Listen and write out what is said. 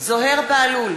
זוהיר בהלול,